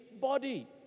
body